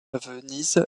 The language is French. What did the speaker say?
venise